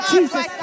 Jesus